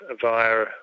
via